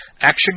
Action